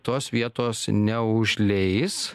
tos vietos neužleis